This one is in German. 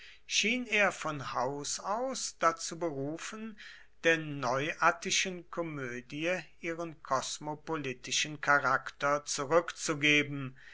schien er von haus aus dazu berufen der neuattischen komödie ihren kosmopolitischen charakter zurückzugeben